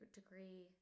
degree